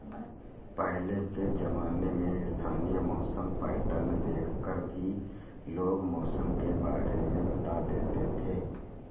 पहले के ज़माने में स्थानीय मौसम पैटर्न देख कर भी लोग मौसम के बारे में बता देते थे